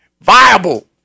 viable